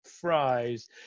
fries